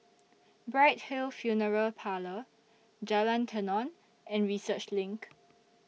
Bright Hill Funeral Parlour Jalan Tenon and Research LINK